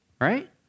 right